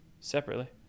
separately